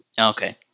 Okay